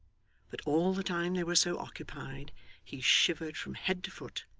but all the time they were so occupied he shivered from head to foot,